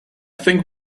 think